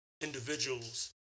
individuals